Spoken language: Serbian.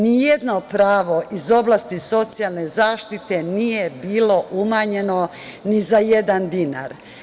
Nijedno pravo iz oblasti socijalne zaštite nije bilo umanjeno ni za jedan dinar.